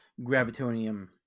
gravitonium